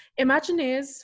Imagineers